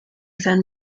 san